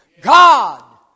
God